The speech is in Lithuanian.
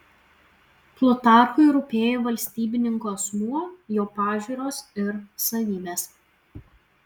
plutarchui rūpėjo valstybininko asmuo jo pažiūros ir savybės